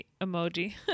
emoji